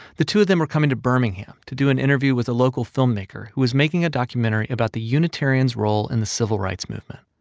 the two of them were coming to birmingham to do an interview with a local filmmaker who was making a documentary about the unitarians' role in the civil rights movement.